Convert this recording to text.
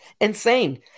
Insane